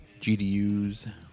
GDUs